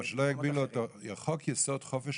אבל שלא יגביל אותו חוק יסוד חופש